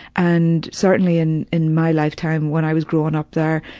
and certainly, in in my lifetime, when i was growing up there,